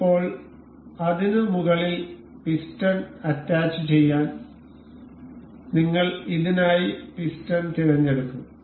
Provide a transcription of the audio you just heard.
ഇപ്പോൾ അതിന് മുകളിൽ പിസ്റ്റൺ അറ്റാച്ചുചെയ്യാൻ നിങ്ങൾ ഇതിനായി പിസ്റ്റൺ തിരഞ്ഞെടുക്കും